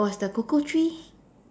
was the cocoa tree